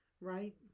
Right